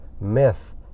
myth